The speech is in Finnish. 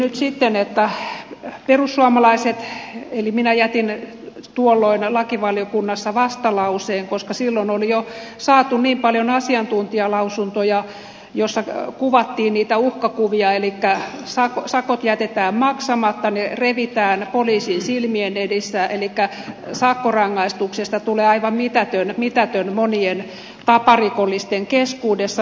perussuomalaiset eli minä jättivät tuolloin lakivaliokunnassa vastalauseen koska silloin oli jo saatu niin paljon asiantuntijalausuntoja joissa kuvattiin niitä uhkakuvia elikkä sakot jätetään maksamatta ne revitään poliisin silmien edessä elikkä sakkorangaistuksesta tulee aivan mitätön monien taparikollisten keskuudessa